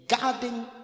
garden